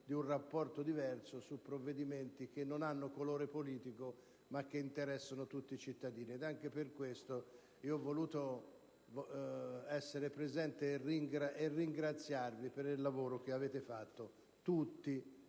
di un rapporto diverso su provvedimenti che non hanno colore politico ed interessano tutti cittadini. Anche per questo, ho voluto essere presente e ringraziarvi per il lavoro che tutti